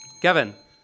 Kevin